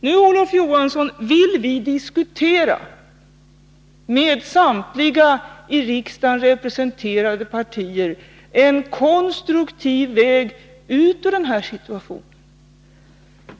Nu, Olof Johansson, vill vi med samtliga i riksdagen representerade partier diskutera en konstruktiv väg ut ur den här situationen.